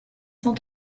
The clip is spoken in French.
cent